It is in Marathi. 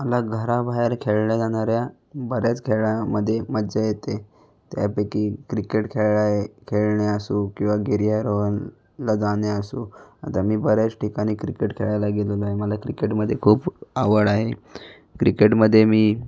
मला घराबाहेर खेळल्या जाणाऱ्या बऱ्याच खेळामध्ये मजा येते त्यापैकी क्रिकेट खेळाय खेळणे असो किंवा गिर्यारोहणाला जाणे असो आता मी बऱ्याच ठिकाणी क्रिकेट खेळायला गेलेलो आहे मला क्रिकेटमध्ये खूप आवड आहे क्रिकेटमध्ये मी